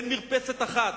אין מרפסת אחת.